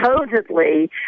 supposedly